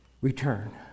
Return